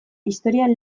historian